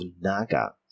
Naga